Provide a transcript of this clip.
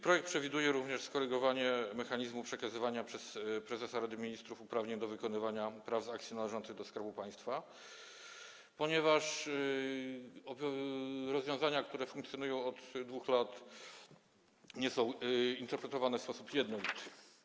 Projekt przewiduje również skorygowanie mechanizmu przekazywania przez prezesa Rady Ministrów uprawnień do wykonywania praw z akcji należących do Skarbu Państwa, ponieważ rozwiązania, które funkcjonują od 2 lat, nie są interpretowane w sposób jednolity.